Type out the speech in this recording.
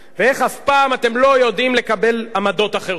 ואיך אף פעם אתם לא יודעים לקבל עמדות אחרות,